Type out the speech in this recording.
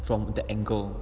from that angle